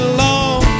long